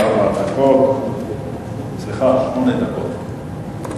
שמונה דקות.